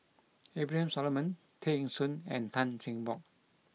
Abraham Solomon Tay Eng Soon and Tan Cheng Bock